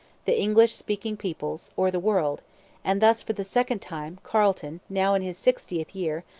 the english-speaking peoples, or the world and thus, for the second time, carleton, now in his sixtieth year,